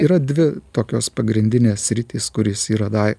yra dvi tokios pagrindinės sritys kuris yra dai